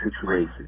situation